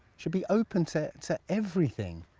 should be open to to everything.